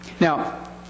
Now